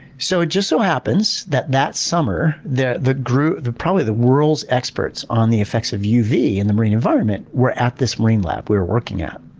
so it just so happens that that summer, the the group of probably the world's experts on the effects of uv in the marine environment were at this marine lab we were working at.